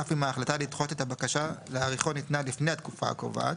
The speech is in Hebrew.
אף אם ההחלטה לדחות את הבקשה להאריכו ניתנה לפני התקופה הקובעת,